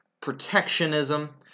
protectionism